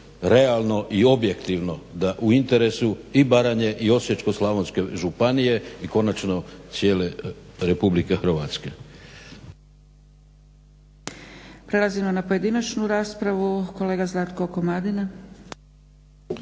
realno i objektivno, da u interesu i Baranje i Osječko-slavonske županije i konačno cijele Republike Hrvatske.